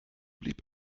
blieb